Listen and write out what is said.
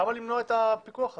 למה למנוע את הפיקוח הזה?